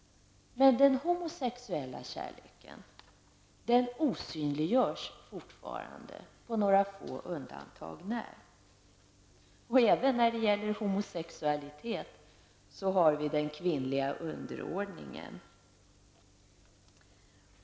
Men den homosexuella kärleken osynliggörs fortfarande på några få undantag när. Och även när det gäller homosexualitet har vi den kvinnliga underordningen.